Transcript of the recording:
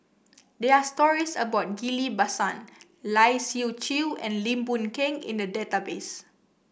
there are stories about Ghillie Basan Lai Siu Chiu and Lim Boon Keng in the database